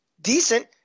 decent